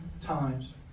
times